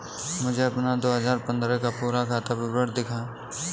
मुझे अपना दो हजार पन्द्रह का पूरा खाता विवरण दिखाएँ?